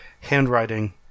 handwriting